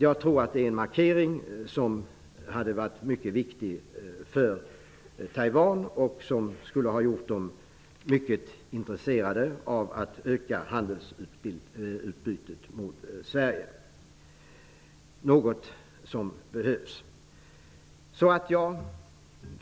Jag tror att det är en markering som hade varit mycket viktig för Taiwan och som skulle ha gjort dem mycket intresserade av att öka handelsutbytet med Sverige -- något som behövs.